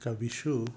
कविषु